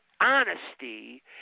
honesty